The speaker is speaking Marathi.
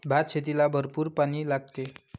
भातशेतीला भरपूर पाणी लागते